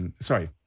sorry –